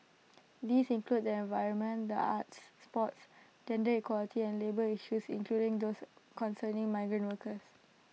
these include their environment the arts sports gender equality and labour issues including those concerning migrant workers